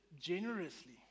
generously